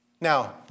Now